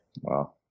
Wow